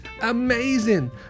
amazing